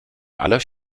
aller